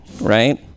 right